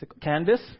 canvas